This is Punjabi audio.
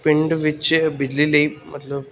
ਪਿੰਡ ਵਿੱਚ ਬਿਜਲੀ ਲਈ ਮਤਲਬ